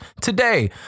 today